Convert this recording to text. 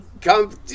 come